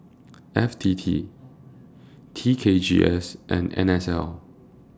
F T T T K G S and N S L